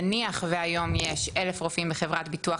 נניח והיום יש 1,000 רופאים בחברת ביטוח